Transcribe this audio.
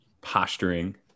posturing